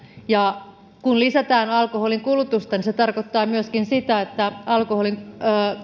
ja kun lisätään alkoholinkulutusta niin se tarkoittaa myöskin sitä että alkoholin